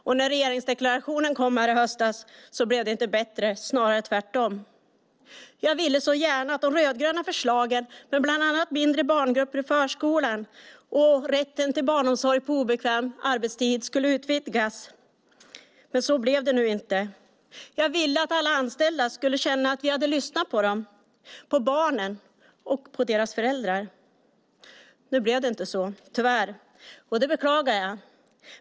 Och när regeringsdeklarationen kom här i höstas blev det inte bättre, snarare tvärtom. Jag ville så gärna att de rödgröna förslagen om bland annat mindre barngrupper i förskolan och rätten till barnomsorg på obekväm arbetstid skulle utvidgas, men så blev det nu inte. Jag ville att alla anställda skulle känna att vi hade lyssnat på dem, på barnen och på deras föräldrar. Nu blev det inte så, tyvärr, och det beklagar jag.